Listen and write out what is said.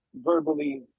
verbally